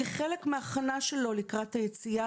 כחלק מההכנה שלו לקראת היציאה,